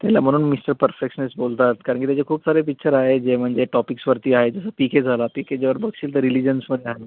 त्याला म्हणून mister perfectionist बोलतात कारण की त्याचे खूप सारे पिच्चर आहे जे म्हणजे टॉपिक्सवरती आहेत जसं पी के झाला पी के जेव्हा बघशील तर रिलीजन्सवर आहे